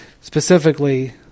specifically